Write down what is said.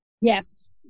Yes